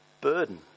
burden